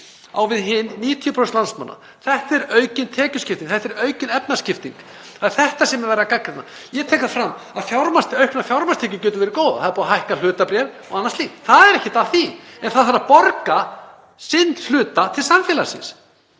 á við hin 90% landsmanna. Þetta er aukin tekjuskipting. Þetta er aukin efnahagsskipting. Það er þetta sem ég er að gagnrýna. Ég tek það fram að auknar fjármagnstekjur geta verið góðar. Það er búið að hækka hlutabréf og annað slíkt. Það er ekkert að því. En það þarf að borga sinn hluta til samfélagsins.